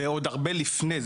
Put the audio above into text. ועוד הרבה לפני,